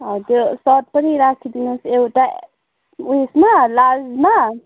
हजुर सर्ट पनि राखिदिनुहोस् एउटा उयेसमा लार्जमा